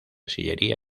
sillería